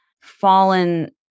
fallen